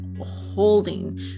holding